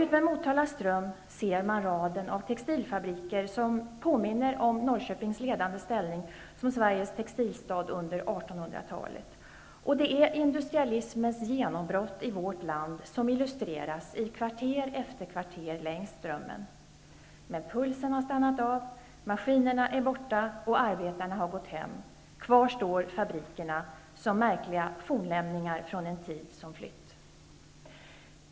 Utmed Motala ström ser man raden av textilfabriker som påminner om Norrköpings ledande ställning som Sveriges textilstad under 1800-talet. Det är industrialismens genombrott i vårt land som illustreras i kvarter efter kvarter längs strömmen. Men pulsen har stannat, maskinerna är borta och arbetarna har gått hem. Kvar står fabrikerna som märkliga fornlämningar från den tid som flytt.